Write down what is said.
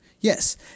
Yes